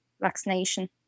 vaccination